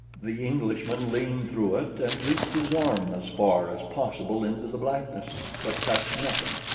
the englishman leaned through it and reached his arm as far as possible into the blackness but touched nothing.